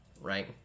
right